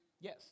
Yes